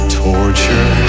torture